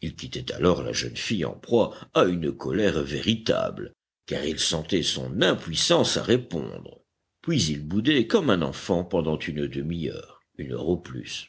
il quittait alors la jeune fille en proie à une colère véritable car il sentait son impuissance à répondre puis il boudait comme un enfant pendant une demi-heure une heure au plus